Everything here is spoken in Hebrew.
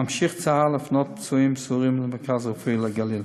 ממשיך צה"ל להפנות פצועים סורים למרכז הרפואי "לגליל".